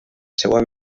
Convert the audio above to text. seua